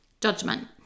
Judgment